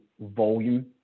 volume